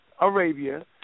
Arabia